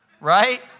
right